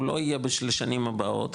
הוא לא יהיה בשביל השנים הבאות,